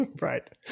right